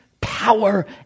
power